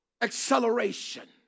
acceleration